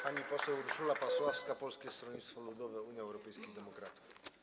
Pani poseł Urszula Pasławska, Polskie Stronnictwo Ludowe - Unia Europejskich Demokratów.